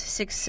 six